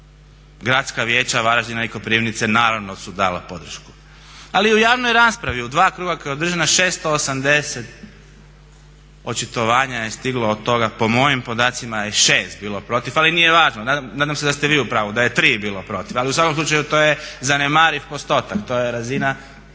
Gradska vijeća Varaždina i Koprivnice naravno su dala podršku. Ali i u javnoj raspravi u dva kruga koja je održana 680 očitovanja je stiglo, od toga po mojim podacima je 6 bilo protiv, ali nije važno, nadam se da ste vi u pravu da je 3 bilo protiv, ali u svakom slučaju to je zanemariv postotak, to je razina